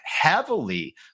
heavily